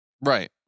Right